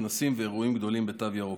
כנסים ואירועים גדולים בתו ירוק.